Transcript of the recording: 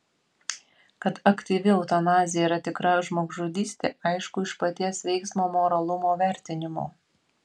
kad aktyvi eutanazija yra tikra žmogžudystė aišku iš paties veiksmo moralumo vertinimo